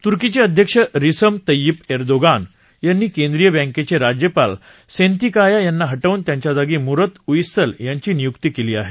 तुर्कीचे अध्यक्ष Recep Tayyip Erdogan यांनी केंद्रीय बँकेचे राज्यपाल सेतींकाया यांना हटवून त्यांच्याजागी मुरत उईसल यांची नियुक्ती केली आहे